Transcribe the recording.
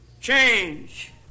Change